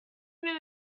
même